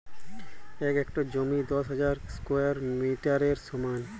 এক হেক্টর জমি দশ হাজার স্কোয়ার মিটারের সমান